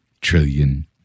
trillion